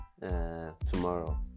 tomorrow